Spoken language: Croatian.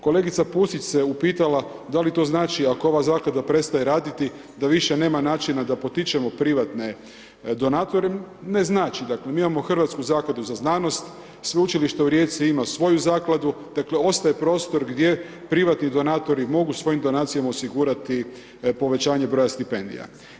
Kolegica Pusić se upitala da li to znači ako ova zaklada prestaje raditi, da više nema načina da potičemo privatne donatore, ne znači, dakle mi imamo Hrvatsku zakladu za znanost, Sveučilište u Rijeci ima svoju zakladu, dakle ostaje prostor gdje privatni donatori mogu svojim donacijama osigurati povećanje broja stipendija.